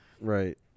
Right